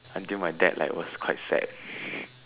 until my dad was like quite sad